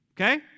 Okay